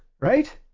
Right